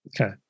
Okay